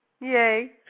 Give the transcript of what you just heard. Yay